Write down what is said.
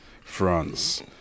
France